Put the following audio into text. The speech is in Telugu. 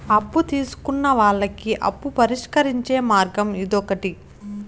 అప్పు తీసుకున్న వాళ్ళకి అప్పు పరిష్కరించే మార్గం ఇదొకటి